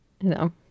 No